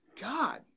god